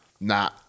Nah